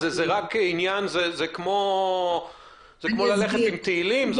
זה כמו ללכת עם תהילים?